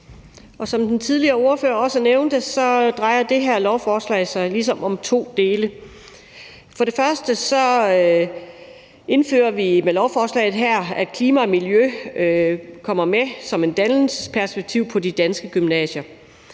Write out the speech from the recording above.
Som den tidligere ordfører også nævnte, drejer det her lovforslag sig ligesom om to dele. For det første indfører vi med lovforslaget her, at klima og miljø kommer med som dannelsesperspektiver på de danske gymnasier.